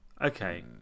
Okay